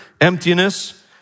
emptiness